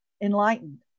enlightened